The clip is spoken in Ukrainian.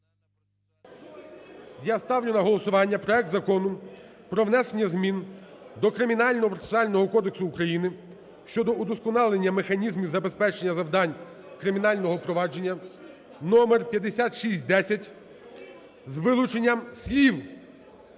Я ставлю на голосування проект Закону про внесення змін до Кримінального процесуального кодексу України (щодо удосконалення механізмів забезпечення завдань кримінального провадження) (номер 5610) з вилученням слів